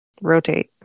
rotate